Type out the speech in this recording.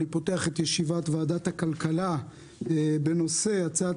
אני פותח את ישיבת ועדת הכלכלה בנושא הצעת